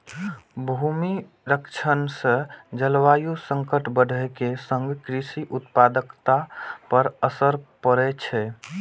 भूमि क्षरण सं जलवायु संकट बढ़ै के संग कृषि उत्पादकता पर असर पड़ै छै